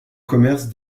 commerce